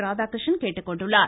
ராதாகிருஷ்ணன் கேட்டுக்கொண்டுள்ளார்